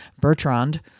Bertrand